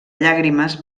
llàgrimes